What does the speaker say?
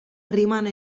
rimane